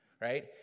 right